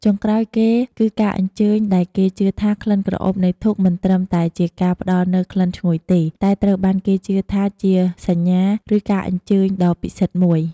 ចុងក្រោយគេ គឺការអញ្ជើញដែលគេជឿថាក្លិនក្រអូបនៃធូប មិនត្រឹមតែជាការផ្តល់នូវក្លិនឈ្ងុយទេ តែត្រូវបានគេជឿថាជា សញ្ញា ឬ ការអញ្ជើញ ដ៏ពិសិដ្ឋមួយ។